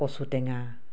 কচু টেঙা